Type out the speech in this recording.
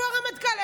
איפה הרמטכ"ל?